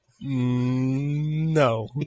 No